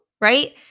right